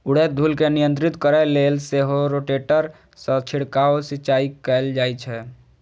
उड़ैत धूल कें नियंत्रित करै लेल सेहो रोटेटर सं छिड़काव सिंचाइ कैल जाइ छै